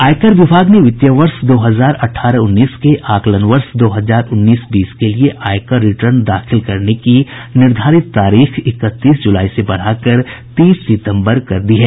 आयकर विभाग ने वित्त वर्ष दो हजार अठाहर उन्नीस के आकलन वर्ष दो हजार उन्नीस बीस के लिए आयकर रिटर्न दाखिल करने की निर्धारित तारीख इकतीस जुलाई से बढ़ाकर तीस सितंबर कर दी है